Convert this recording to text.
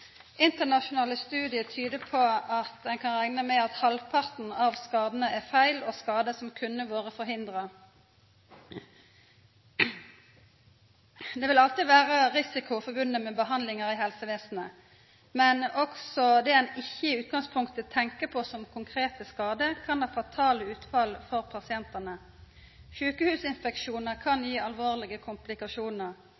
Internasjonale studiar tyder på at ein kan rekna med at halvparten av skadane er feil og skadar som kunne vore forhindra. Det vil alltid vera risiko forbunde med behandlingar i helsevesenet, men òg det ein ikkje i utgangspunktet tenkjer på som konkrete skadar, kan ha fatale utfall for pasientane. Sjukehusinfeksjonar kan